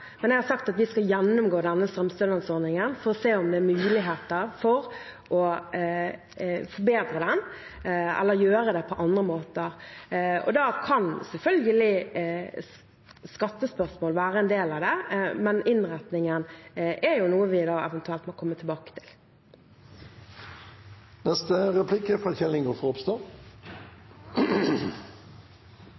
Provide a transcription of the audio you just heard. men jeg har sagt at vi skal gjennomgå denne strømstønadsordningen for å se om det er muligheter for å forbedre den eller gjøre det på andre måter. Da kan selvfølgelig skattespørsmål være en del av det, men innretningen er noe vi da eventuelt må komme tilbake til.